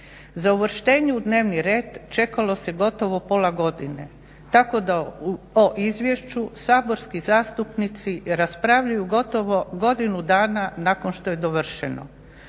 Za uvrštenje u dnevni red čekalo se gotovo pola godine tako da o izvješću saborski zastupnici raspravljaju gotovo godinu dana nakon što je dovršeno.